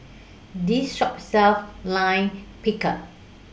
This Shop sells Lime Pickle